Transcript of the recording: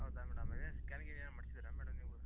ಹೌದಾ ಮೇಡಮ್ ಏನಾರು ಸ್ಕ್ಯಾನಿಂಗ್ ಏನಾದರು ಮಾಡಿಸಿದ್ರಾ ಮೇಡಮ್ ನೀವು